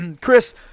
Chris